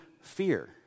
fear